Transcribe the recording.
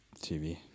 TV